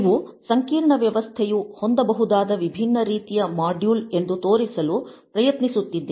ಇವು ಸಂಕೀರ್ಣ ವ್ಯವಸ್ಥೆಯು ಹೊಂದಬಹುದಾದ ವಿಭಿನ್ನ ರೀತಿಯ ಮಾಡ್ಯುಲ್ ಎಂದು ತೋರಿಸಲು ಪ್ರಯತ್ನಿಸುತ್ತಿದ್ದೇನೆ